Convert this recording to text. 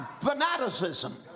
Fanaticism